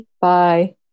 bye